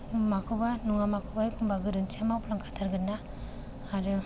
माखौबा नङा माखौबा एखनबा गोरोन्थिआ मावफ्लांखाथारगोन ना आरो